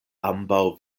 ambaŭ